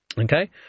Okay